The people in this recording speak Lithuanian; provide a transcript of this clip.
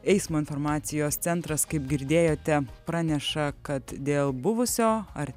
eismo informacijos centras kaip girdėjote praneša kad dėl buvusio ar